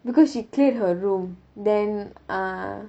because she cleared her room then uh